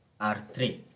R3